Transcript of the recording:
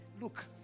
look